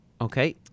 Okay